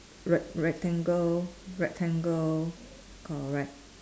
rect~ rectangle rectangle correct